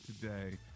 today